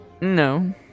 No